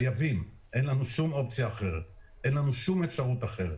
אין לנו שום אופציה אחרת, שום אפשרות אחרת.